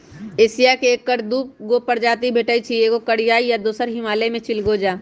Asia में ऐकर दू गो प्रजाति भेटछइ एगो कोरियाई आ दोसर हिमालय में चिलगोजा